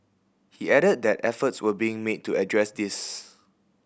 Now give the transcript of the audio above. he added that efforts were being made to address this